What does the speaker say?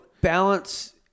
balance